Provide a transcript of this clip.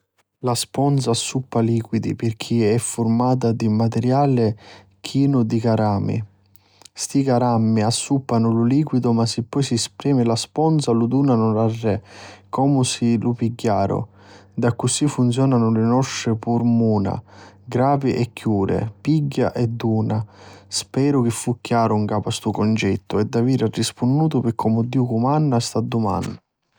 La sponza assuppa liquidi pirchì è furmata di un matiriali chinu di carammi. Sti carammi assuppanu lu liquidu ma si poi spremi la sponza di lu dunanu arrè pi comu si lu pigghiaru. D'accusì funzionanu li nostri purmuna, grapi e chiuri, pigghia e duna. Speru chi fu chiaru 'n capu a stu cuncettu e d'aviri rispunnutu pi comu Diu cumanna a sta dumanna.